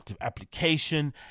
application